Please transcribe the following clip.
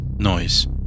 noise